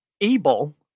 able